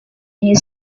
his